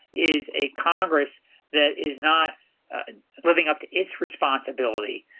is a congress that is not living up to its responsibility,